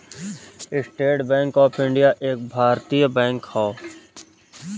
estate bank of India एक भारतीय bank हौ